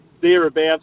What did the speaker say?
thereabouts